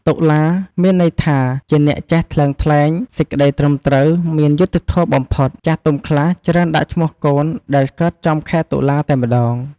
តុលា មានន័យថា ជាអ្នកចេះថ្លឹងថ្លែងសេចក្តីត្រឹមត្រូវ មានយុត្តិធម៌បំផុត ចាស់ទុំខ្លះច្រើនដាក់ឈ្មោះកូនដែលកើតចំខែតុលាតែម្តង។